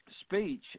speech